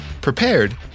prepared